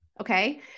Okay